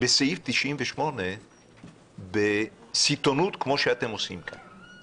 בסעיף 98 בסיטונות כמו שאתם עושים כאן.